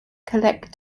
collect